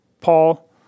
Paul